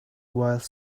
while